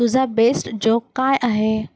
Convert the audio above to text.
तुझा best joke काय आहे